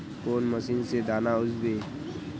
कौन मशीन से दाना ओसबे?